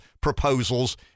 proposals